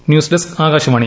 news desk Akashvani